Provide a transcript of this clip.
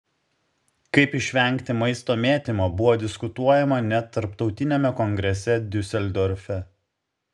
kaip išvengti maisto mėtymo buvo diskutuojama net tarptautiniame kongrese diuseldorfe